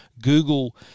Google